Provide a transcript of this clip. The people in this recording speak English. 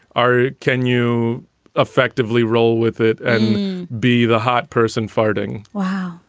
are can you effectively roll with it and be the hot person farting? wow.